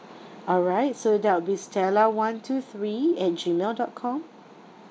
all right so that'll be stella one two three at G mail dot com